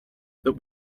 that